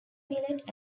millet